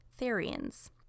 Therians